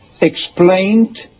explained